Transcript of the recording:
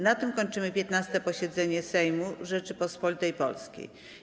Na tym kończymy 15. posiedzenie Sejmu Rzeczypospolitej Polskiej.